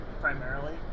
primarily